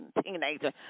teenager